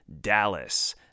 Dallas